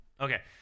Okay